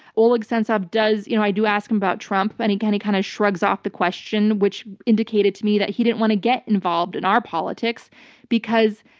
oleg sentsov does. you know i do ask him about trump and he kind of kind of shrugs off the question, which indicated to me that he didn't want to get involved in our politics because,